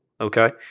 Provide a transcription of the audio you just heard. Okay